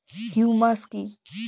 Humus কি?